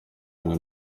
rumwe